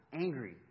angry